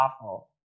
awful